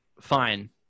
fine